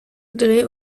dreh